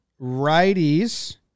Righties